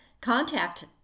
contact